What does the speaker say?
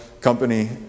company